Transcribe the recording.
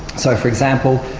so for example,